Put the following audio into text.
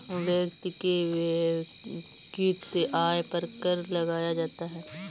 व्यक्ति के वैयक्तिक आय पर कर लगाया जाता है